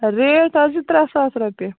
rate حظ چھِ ترٛےٚ ساس رۄپیہِ